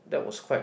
that was quite